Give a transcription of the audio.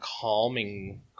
calming